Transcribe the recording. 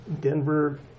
Denver